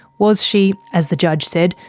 was she, as the judge said,